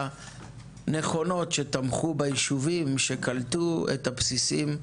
נכונות שתמכו ביישובים שקלטו את הבסיסים.